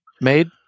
made